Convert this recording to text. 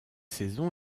saison